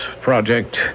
project